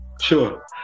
Sure